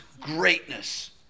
greatness